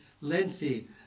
lengthy